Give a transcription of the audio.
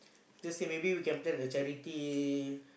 just say maybe we can plan a charity